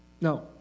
No